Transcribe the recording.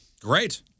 Great